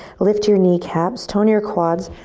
lift your kneecaps, tone your quads,